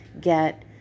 get